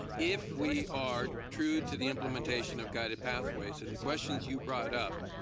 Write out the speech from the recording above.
um if we are true to the implementation of guided pathways and the questions you brought up